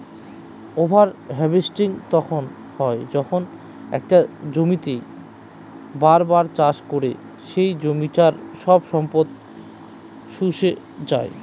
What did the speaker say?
over harvesting তখন হয় যখন একটা জমিতেই বার বার চাষ করে সে জমিটার সব সম্পদ শুষে যাই